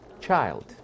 child